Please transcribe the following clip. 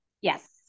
Yes